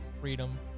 freedom